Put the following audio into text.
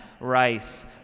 rice